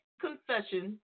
confession